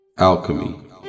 Alchemy